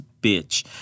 bitch